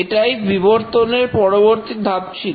এটাই বিবর্তনের পরবর্তী ধাপ ছিল